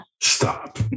Stop